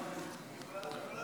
תודה רבה.